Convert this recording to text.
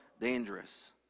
dangerous